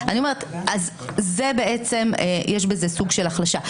אני אומרת שיש בזה סוג של החלשה.